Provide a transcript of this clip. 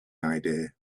idea